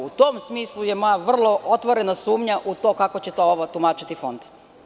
U tom smislu je moja vrlo otvorena sumnja u to kako će ovo tumačiti Fond.